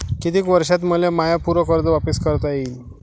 कितीक वर्षात मले माय पूर कर्ज वापिस करता येईन?